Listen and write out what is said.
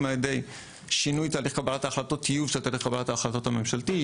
אם ע"י טיוב תהליך קבלת ההחלטות הממשלתי,